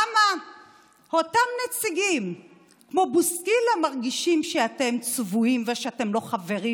למה אותם נציגים כמו בוסקילה מרגישים שאתם צבועים ושאתם לא חברים,